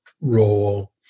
role